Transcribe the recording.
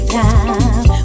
time